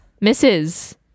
Misses